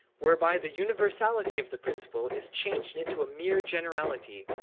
whereby the universality of the principle is changed into a mere generality,